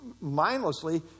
mindlessly